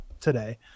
today